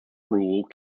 rule